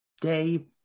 day